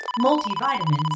multivitamins